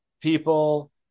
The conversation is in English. people